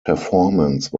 performance